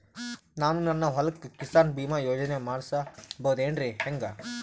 ನಾನು ನನ್ನ ಹೊಲಕ್ಕ ಕಿಸಾನ್ ಬೀಮಾ ಯೋಜನೆ ಮಾಡಸ ಬಹುದೇನರಿ ಹೆಂಗ?